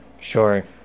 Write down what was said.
Sure